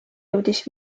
jõudis